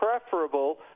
preferable